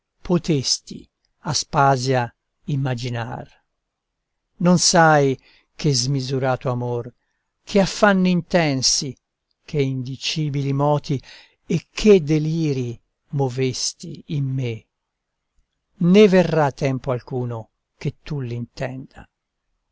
potesti aspasia immaginar non sai che smisurato amor che affanni intensi che indicibili moti e che deliri movesti in me né verrà tempo alcuno che tu l'intenda